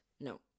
no